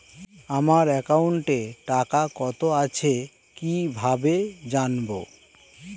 আমার একাউন্টে টাকা কত আছে কি ভাবে জানবো?